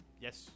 Yes